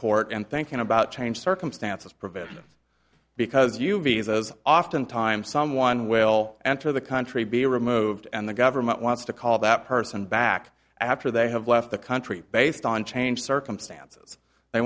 court and thinking about change circumstances prevail because you visas often times someone will enter the country be removed and the government wants to call that person back after they have left the country based on changed circumstances they